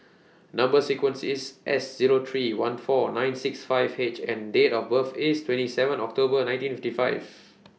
Number sequence IS S Zero three one four nine six five H and Date of birth IS twenty seven October nineteen fifty five